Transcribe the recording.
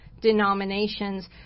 denominations